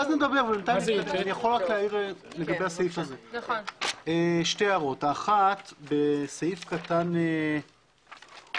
לגבי הסעיף הזה, שתי הערות: אחת, בסעיף קטן (א2)